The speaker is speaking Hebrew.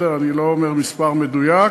אני לא אומר מספר מדויק,